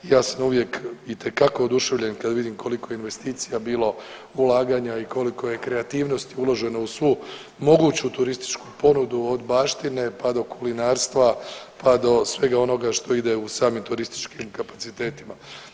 Ja sam uvijek itekako oduševljen kad vidim koliko je investicija bilo, ulaganja i koliko je kreativnosti uloženo u svu moguću turističku ponudu od baštine, pa do kulinarstva, pa do svega onoga što ide u samim turističkim kapacitetima.